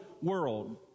world